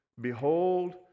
Behold